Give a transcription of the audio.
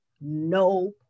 no